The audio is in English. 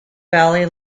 valley